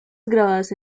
grabadas